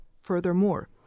Furthermore